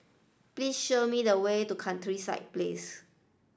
please show me the way to Countryside Place